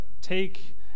take